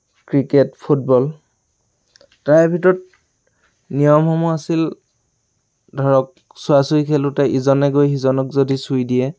cricket football তাৰে ভিতৰত নিয়মসমূহ আছিল ধৰক চুৱাচুই খেলোঁতে ইজনে গৈ সিজনক যদি চুই দিয়ে